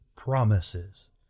Promises